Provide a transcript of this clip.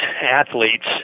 athletes